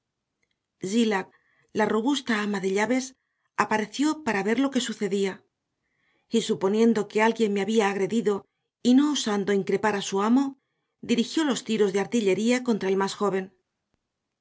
zillah la robusta ama de llaves apareció para ver lo que sucedía y suponiendo que alguien me había agredido y no osando increpar a su amo dirigió los tiros de artillería contra el más joven